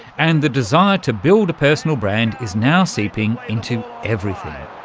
and the desire to build a personal brand is now seeping into everything.